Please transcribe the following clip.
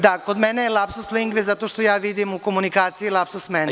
Da, kod mene je „lapsus lingve“ zato što ja vidim u komunikaciji „lapsus mentis“